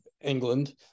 england